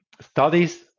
studies